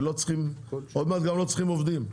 עוד מעט גם לא צריכים עובדים,